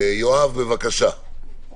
יואב, בבקשה.